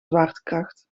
zwaartekracht